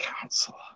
counselor